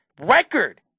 record